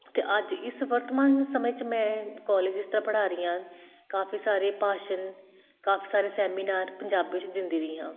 ਅਤੇ ਅੱਜ ਇਸ ਵਰਤਮਾਨ ਸਮੇਂ 'ਚ ਮੈਂ ਕੋਲਜ ਇਸ ਤਰ੍ਹਾਂ ਪੜ੍ਹਾ ਰਹੀ ਹਾਂ ਕਾਫੀ ਸਾਰੇ ਭਾਸ਼ਣ ਕਾਫੀ ਸਾਰੇ ਸੈਮੀਨਾਰ ਪੰਜਾਬੀ 'ਚ ਦਿੰਦੀ ਰਹੀ ਹਾਂ